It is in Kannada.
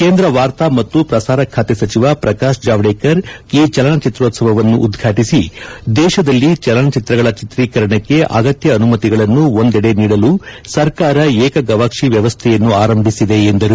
ಕೇಂದ್ರ ವಾರ್ತಾ ಮತ್ತು ಪ್ರಸಾರ ಸಚಿವ ಪ್ರಕಾಶ್ ಜಾವಡೇಕರ್ ಈ ಚಲನಚಿತ್ರೋತ್ಸವ ಉದ್ವಾಟಿಸಿ ದೇಶದಲ್ಲಿ ಚಲನಚಿತ್ರಗಳ ಚಿತ್ರೀಕರಣಕ್ಕೆ ಅಗತ್ಯ ಅನುಮತಿಗಳನ್ನು ಒಂದಡೆ ನೀಡಲು ಸರ್ಕಾರ ಏಕಗವಾಕ್ಷಿ ವ್ಯವಸ್ದೆಯನ್ನು ಆರಂಭಿಸಿದೆ ಎಂದರು